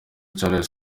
charles